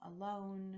alone